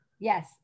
Yes